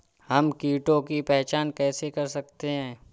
हम कीटों की पहचान कैसे कर सकते हैं?